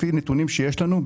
לפי נתונים שיש לנו,